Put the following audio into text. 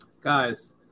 Guys